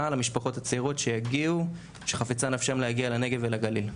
למשפחות הצעירות שחפצה נפשם להגיע לנגב ולגליל.